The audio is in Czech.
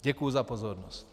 Děkuji za pozornost.